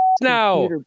now